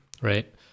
right